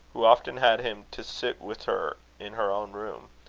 who often had him to sit with her in her own room.